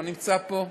לא נמצא פה?